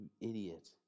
idiot